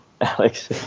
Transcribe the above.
alex